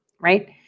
right